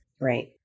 Right